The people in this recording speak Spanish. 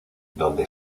donde